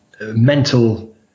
mental